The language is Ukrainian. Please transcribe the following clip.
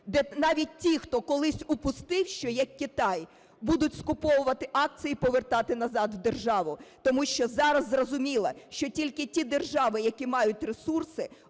навіть ті, хто колись упустив, що, як Китай, будуть скуповувати акції і повертати назад у державу. Тому що зараз зрозуміло, що тільки ті держави, які мають ресурси,